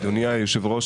אדוני היושב-ראש,